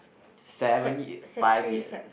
seven y~ five years